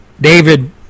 David